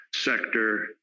sector